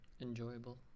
Enjoyable